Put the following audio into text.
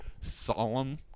solemn